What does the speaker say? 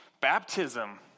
baptism